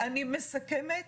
אני מסכמת.